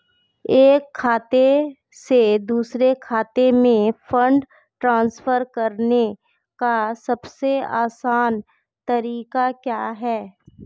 एक खाते से दूसरे खाते में फंड ट्रांसफर करने का सबसे आसान तरीका क्या है?